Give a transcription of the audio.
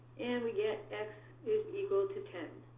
and we get x is equal to ten.